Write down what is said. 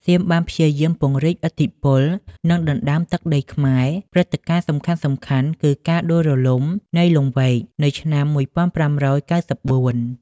សៀមបានព្យាយាមពង្រីកឥទ្ធិពល និងដណ្តើមទឹកដីខ្មែរ ព្រឹត្តិការណ៍សំខាន់គឺការដួលរលំនៃលង្វែកនៅឆ្នាំ ១៥៩៤។